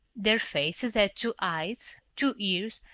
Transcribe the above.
their faces had two eyes, two ears,